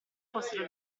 fossero